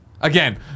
Again